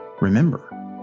Remember